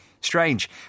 Strange